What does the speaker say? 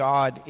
God